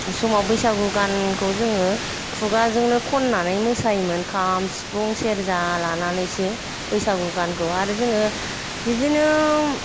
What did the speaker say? समाव बैसागु गानखौ जोङो खुगाजोंनो खननानै मोसायोमोन खाम सिफुं सेरजा लानानैसो बैसागु गानखौ आरो जोङो बिदिनो